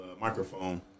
microphone